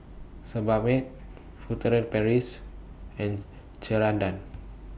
Sebamed Furtere Paris and Ceradan